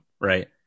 right